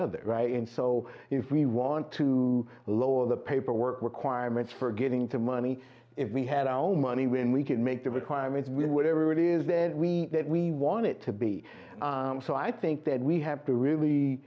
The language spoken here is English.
other right and so if we want to lower the paperwork requirements for getting the money if we had our own money when we can make the requirements with whatever it is that we that we want it to be so i think that we have to really